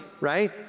right